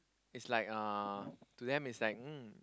is like uh to them is like mm